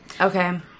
Okay